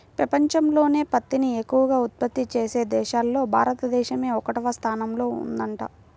పెపంచంలోనే పత్తిని ఎక్కవగా ఉత్పత్తి చేసే దేశాల్లో భారతదేశమే ఒకటవ స్థానంలో ఉందంట